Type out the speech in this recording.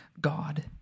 God